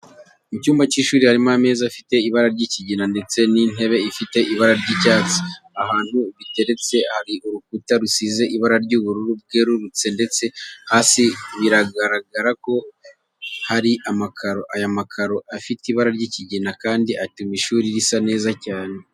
Mu cyumba cy'ishuri harimo ameza afite ibara ry'ikigina ndetse n'intebe ifite ibara ry'icyatsi. Ahantu biteretse hari urukuta rusize ibara ry'ubururu bwerurutse ndetse hasi biragaragara ko hari amakaro. Aya makaro afite ibara ry'ikigina kandi atuma ishuri risa neza cyane.